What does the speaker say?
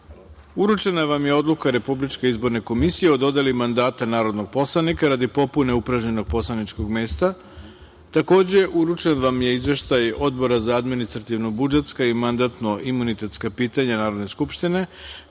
vam je odluka Republičke izborne komisije o dodeli mandata narodnog poslanika radi popune upražnjenog poslaničkog mesta. Takođe, uručen vam je Izveštaj Odbora za administrativna-budžetska i mandatno-imunitetska pitanja Narodne skupštine,